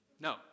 No